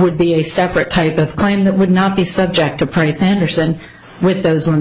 would be a separate type of claim that would not be subject to pretty sanderson with those